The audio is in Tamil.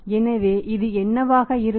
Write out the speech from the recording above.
எனவே இது என்னவாக இருக்கும்